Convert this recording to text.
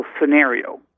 scenario